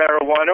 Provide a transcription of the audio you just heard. marijuana